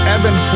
Evan